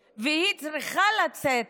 הכנסת גפני ועדת המשנה לוועדת הכספים.